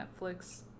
Netflix